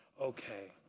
okay